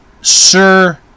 Sir